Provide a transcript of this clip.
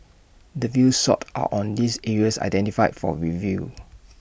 the views sought are on these areas identified for review